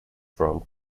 from